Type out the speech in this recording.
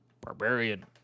barbarian